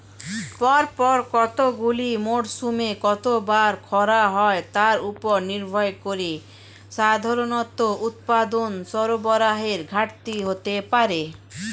পরপর কতগুলি মরসুমে কতবার খরা হয় তার উপর নির্ভর করে সাধারণত উৎপাদন সরবরাহের ঘাটতি হতে পারে